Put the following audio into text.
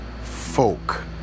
folk